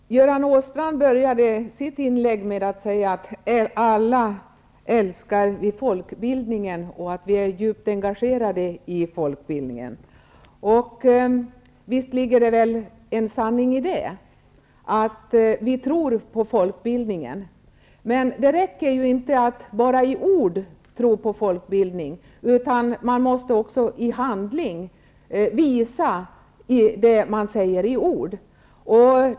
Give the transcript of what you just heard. Fru talman! Göran Åstrand började sitt inlägg med att säga att vi alla älskar folkbildningen och att vi är djupt engagerade i den. Visst ligger det en sanning i att vi tror på folkbildningen, men det räcker inte att bara i ord värna om den, utan man måste också i handling visa att man menar det som man säger.